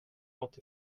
nåt